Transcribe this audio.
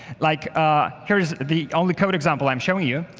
like ah here's the um the code example i um show you.